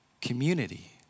community